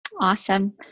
Awesome